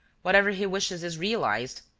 whatever he wishes is realized.